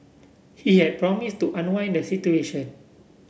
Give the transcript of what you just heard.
he had promise to unwind the situation